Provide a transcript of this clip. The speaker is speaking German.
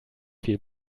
viel